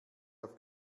auf